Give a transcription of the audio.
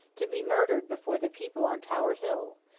to be murdered before the people on tower hill,